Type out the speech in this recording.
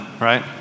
right